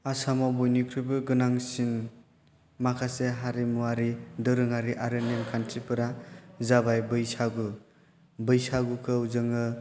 आसामाव बयनिख्रुइबो गोनांसिन माखासे हारिमुआरि दोरोङारि आरो नेम खान्थिफोरा जाबाय बैसागु बैसागुखौ जोङो